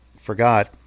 forgot